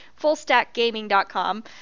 FullStackGaming.com